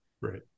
right